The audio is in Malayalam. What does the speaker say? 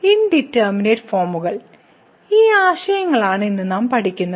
ഇൻഡിറ്റർമിനേറ്റ് ഫോമുകൾ ഈ ആശയങ്ങളാണ് ഇന്ന് നാം പഠിക്കുന്നത്